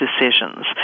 decisions